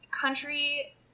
country